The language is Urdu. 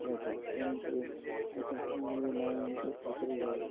ویسا یعنیٰ کہ ایسا پورے لائن سے پتھریں ہے